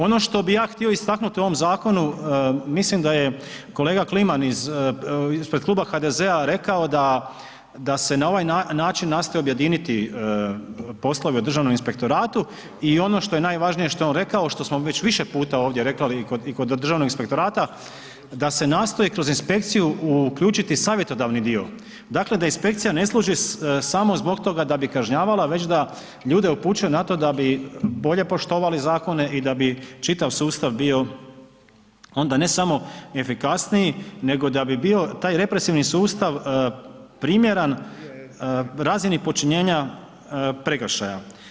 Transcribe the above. Ono što bi ja htio istaknuti u ovom zakonu, mislim da je kolega Kliman ispred kluba HDZ-a rekao da se na ovaj način objediniti poslovi u Državnom inspektoratu i ono što je najvažnije, što je on rekao, što smo već više puta ovdje rekli i kod Državnog inspektorata, da se nastoji kroz inspekciju uključiti savjetodavni dio, dakle da inspekcija ne služi samo zbog toga da bi kažnjavala već da ljude upućuje na to da bi bolje poštovali zakone i da bi čitav sustav bio onda ne samo efikasniji nego da bi bio taj represivni sustav primjeran razini počinjenja prekršaja.